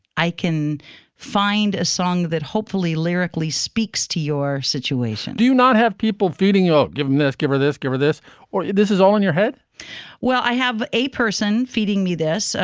i can find a song that hopefully lyrically speaks to your situation do you not have people feeding you? ah give them this. give her this, give her this or this is all in your head well, i have a person feeding me this.